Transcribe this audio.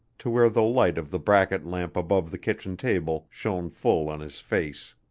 to where the light of the bracket lamp above the kitchen table shone full on his face.